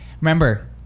remember